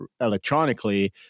electronically